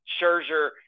Scherzer